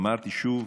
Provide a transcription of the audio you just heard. אמרתי, שוב,